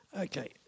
Okay